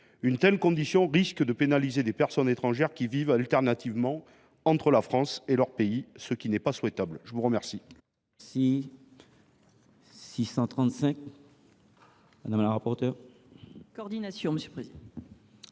Une telle condition risque de pénaliser les personnes étrangères qui vivent alternativement entre la France et leur pays, ce qui n’est pas souhaitable. L’amendement